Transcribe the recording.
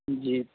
جی